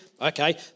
Okay